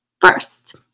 First